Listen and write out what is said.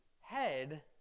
head